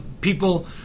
people